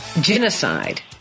genocide